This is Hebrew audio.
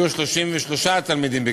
יהיו 33 תלמידים בכיתה,